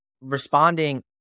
Responding